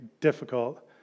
difficult